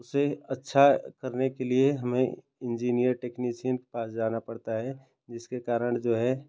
उससे अच्छा कराने के लिए हमें इन्जीनियर टेक्नीशियन के पास जाना पड़ता है जिसके कारण जो है